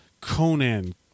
Conan